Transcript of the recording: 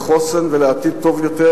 לחוסן ולעתיד טוב יותר,